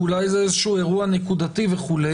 כי אולי זה איזשהו אירוע נקודתי וכו',